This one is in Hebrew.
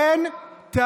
בשעה טובה.